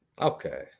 Okay